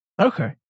Okay